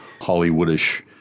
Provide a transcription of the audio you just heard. Hollywoodish